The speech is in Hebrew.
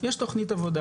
יש תוכנית עבודה.